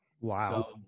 Wow